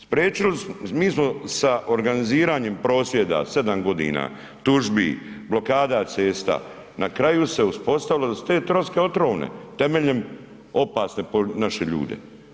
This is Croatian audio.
Spriječili smo, mi smo sa organiziranjem prosvjeda, 7 godina tužbi, blokada cesta, na kraju se uspostavilo da su te troske otrovne temeljem opasne po naše ljude.